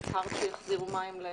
נדמה לי שאת הצהרת שיחזירו מים.